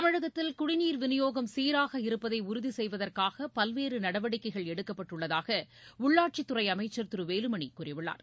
தமிழகத்தில் குடிநீர் விநியோகம் சீராக இருப்பதைஉறுதிசெய்வதற்காகபல்வேறுநடவடிக்கைகள் எடுக்கப்பட்டுள்ளதாகஉள்ளாட்சித்துறைஅமைச்சர் திருவேலுமணிகூறியுள்ளார்